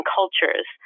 cultures